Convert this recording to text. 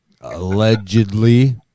Allegedly